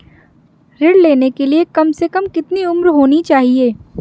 ऋण लेने के लिए कम से कम कितनी उम्र होनी चाहिए?